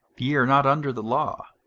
ye are not under the law.